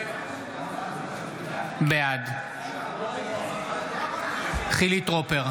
בעד חילי טרופר,